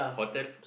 hotel